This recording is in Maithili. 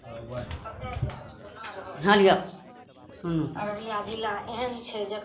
हे लिअ सुनू